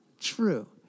true